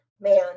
man